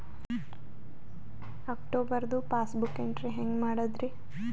ಅಕ್ಟೋಬರ್ದು passbook entry ಹೆಂಗ್ ಮಾಡದ್ರಿ?